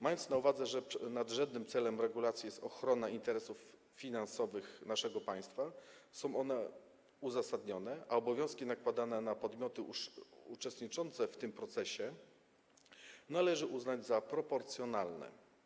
Mając na uwadze, że nadrzędnym celem regulacji jest ochrona interesów finansowych naszego państwa, są one uzasadnione, a obowiązki nakładane na podmioty uczestniczące w tym procesie, należy uznać za proporcjonalne.